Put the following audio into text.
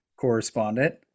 correspondent